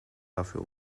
dafür